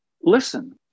listen